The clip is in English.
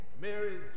Mary's